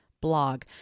blog